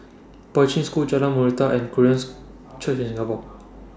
Poi Ching School Jalan and Koreans Church in Singapore